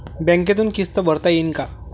बँकेतून किस्त भरता येईन का?